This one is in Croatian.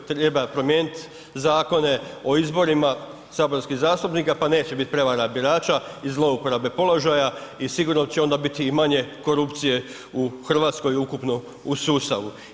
Treba promijeniti zakona o izborima saborskih zastupnika, pa neće biti prevara birača i zlouporabe položaja i sigurno će onda biti i manje korupcije u Hrvatskoj ukupno u sustavu.